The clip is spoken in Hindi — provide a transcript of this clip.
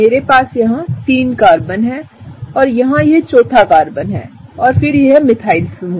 मेरे पास यहां 3 कार्बन है और यहाँ यह चौथा कार्बन है और फिर यह मिथाइल समूह